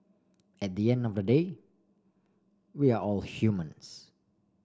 at the end of the day we are all humans